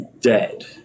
dead